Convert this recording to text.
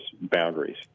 boundaries